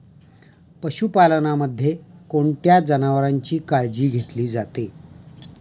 पशुपालनामध्ये कोणत्या जनावरांची काळजी घेतली जाते?